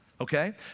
Okay